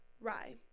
rye